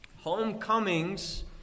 homecomings